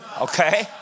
Okay